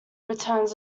returns